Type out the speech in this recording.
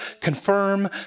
confirm